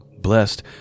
blessed